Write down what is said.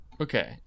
Okay